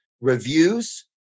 reviews